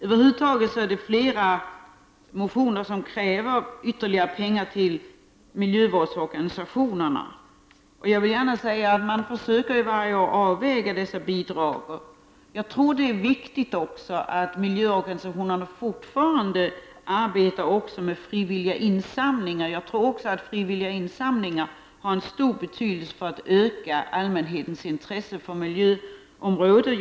Över huvud taget är det flera motioner som kräver ytterligare pengar till miljövårdsorganisationerna. Jag vill gärna säga att man försöker varje år avväga dessa bidrag. Jag tror att det är viktigt att miljöorganisationerna fortfarande arbetar också med frivilliga insamlingar. Jag tror att frivilliga insamlingar har stor betydelse för att öka allmänhetens intresse för miljöområdet.